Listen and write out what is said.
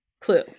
clue